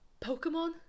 Pokemon